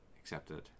Accepted